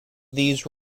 these